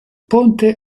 ponte